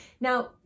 Now